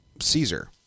Caesar